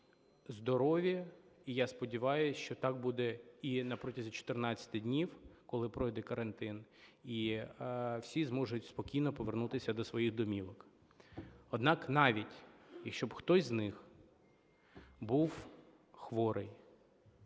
здорові, і я сподіваюсь, що так буде і протягом 14 днів, коли пройде карантин, і всі зможуть спокійно повернутися до своїх домівок. Однак, навіть якщо б хтось з них був хворий,